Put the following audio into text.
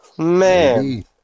Man